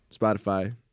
Spotify